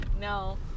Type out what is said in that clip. No